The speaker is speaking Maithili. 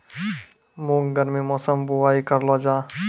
मूंग गर्मी मौसम बुवाई करलो जा?